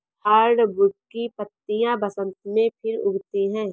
hardwood की पत्तियां बसन्त में फिर उगती हैं